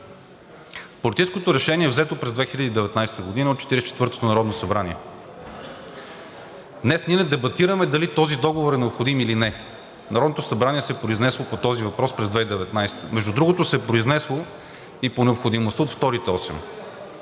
Политическото решение е взето през 2019 г. от Четиридесет и четвъртото народно събрание. Днес ние не дебатираме дали този договор е необходим или не, Народното събрание се е произнесло по този въпрос през 2019 г. Между другото, се е произнесло и по необходимостта от вторите осем